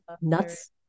nuts